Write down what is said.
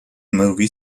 movie